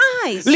eyes